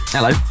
Hello